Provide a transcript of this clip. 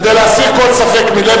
כדי להסיר כל ספק מלב,